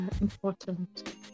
important